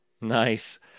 Nice